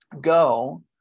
go